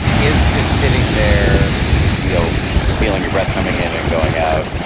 is just sitting there you know feeling your breath coming in and going out,